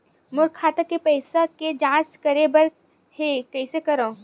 मोर खाता के पईसा के जांच करे बर हे, कइसे करंव?